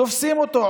תופסים אותו,